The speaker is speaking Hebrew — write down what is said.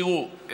תראו,